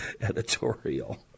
editorial